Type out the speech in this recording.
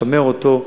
לשמר אותו,